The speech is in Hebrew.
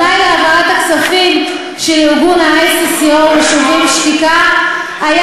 התנאי להעברת הכספים של הארגון ICCO ל"שוברים שתיקה" היה